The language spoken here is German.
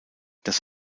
das